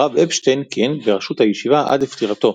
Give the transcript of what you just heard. הרב אפשטיין כיהן בראשות הישיבה עד לפטירתו,